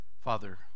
father